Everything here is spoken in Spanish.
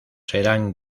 serán